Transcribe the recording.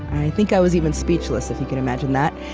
i think i was even speechless if you can imagine that.